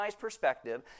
perspective